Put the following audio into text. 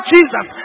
Jesus